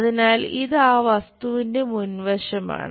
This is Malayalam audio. അതിനാൽ ഇത് ആ വസ്തുവിന്റെ മുൻവശമാണ്